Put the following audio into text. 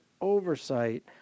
oversight